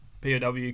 POW